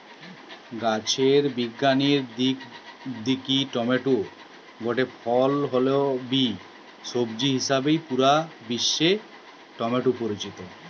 গাছের বিজ্ঞানের দিক দিকি টমেটো গটে ফল হলে বি, সবজি হিসাবেই পুরা বিশ্বে টমেটো পরিচিত